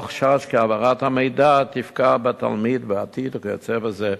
או חשש כי העברת המידע תפגע בתלמיד בעתיד וכיוצא בזה.